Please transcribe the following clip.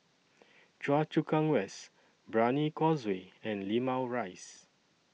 Choa Chu Kang West Brani Causeway and Limau Rise